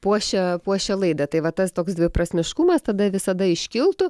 puošia puošia laidą tai va tas toks dviprasmiškumas tada visada iškiltų